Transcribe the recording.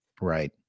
Right